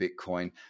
Bitcoin